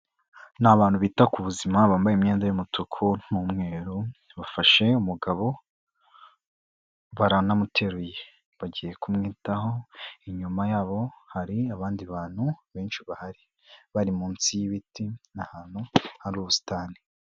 Ni abantu bita ku buzima bambaye imyenda y'umutuku n'umweru bafashe umugabo baranamuteruye bagiye kumwitaho, inyuma yabo hari abandi bantu benshi bahari, bari munsi y'ibiti ni ahantu hari ubusitani.